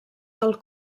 del